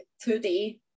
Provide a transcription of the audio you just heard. today